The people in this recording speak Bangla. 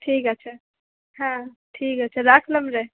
ঠিক আছে হ্যাঁ ঠিক আছে রাখলাম রে